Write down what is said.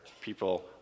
people